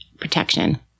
protection